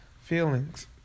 feelings